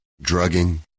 drugging